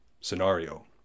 scenario